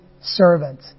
servant